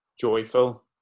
joyful